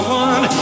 one